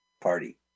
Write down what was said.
Party